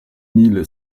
mille